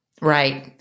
Right